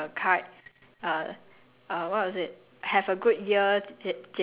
err there's we have a friend who's name start with K who wrote me a card